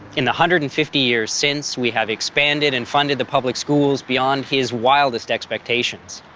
in the hundred and fifty years since, we have expanded and funded the public schools beyond his wildest expectations.